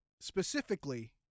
specifically